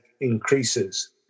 increases